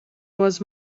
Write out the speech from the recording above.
was